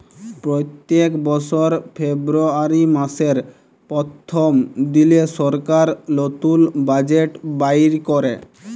প্যত্তেক বসর ফেব্রুয়ারি মাসের পথ্থম দিলে সরকার লতুল বাজেট বাইর ক্যরে